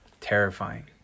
terrifying